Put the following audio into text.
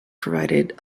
provided